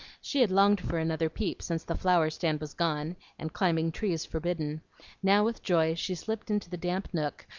she had longed for another peep since the flower-stand was gone, and climbing trees forbidden now with joy she slipped into the damp nook,